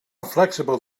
flexible